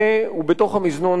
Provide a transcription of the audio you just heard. ובתוך המזנון סדק.